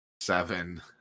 seven